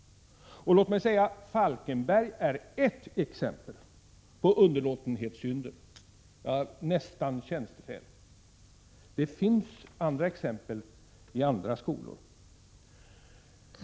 Låt mig säga att Falkenberg är ett exempel där underlåtenhetssynder, nästan tjänstefel, har begåtts. Det finns andra exempel i andra skolor.